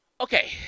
Okay